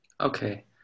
Okay